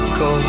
go